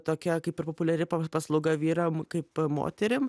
tokia kaip ir populiari paslauga vyram kaip moterim